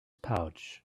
pouch